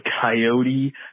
Coyote